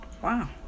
Wow